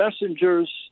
messengers